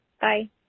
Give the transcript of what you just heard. Bye